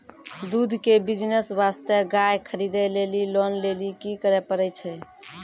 दूध के बिज़नेस वास्ते गाय खरीदे लेली लोन लेली की करे पड़ै छै?